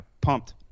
pumped